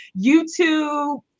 YouTube